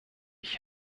ich